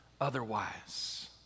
otherwise